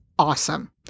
awesome